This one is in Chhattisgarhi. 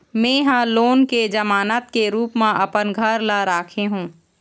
में ह लोन के जमानत के रूप म अपन घर ला राखे हों